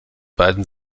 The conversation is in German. beiden